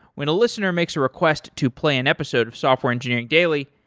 when a listener makes a request to play an episode of software engineering daily,